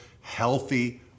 healthy